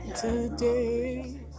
today